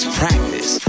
practice